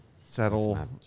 settle